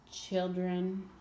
children